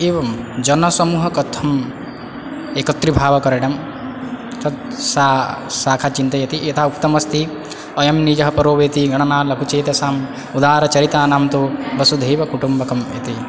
एवं जनसमूहः कथं एकत्रीभावकरणं तद् सा शाखा चिन्तयति यथा उक्तमस्ति अयं निजः परोवेति गणना लघुचेतसाम् उदारचरितानां तु वसुधैवकुटुम्बकम् इति